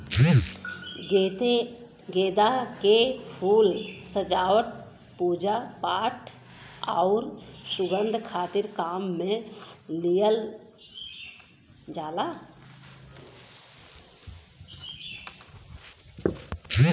गेंदा के फूल सजावट, पूजापाठ आउर सुंगध खातिर काम में लियावल जाला